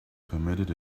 permitted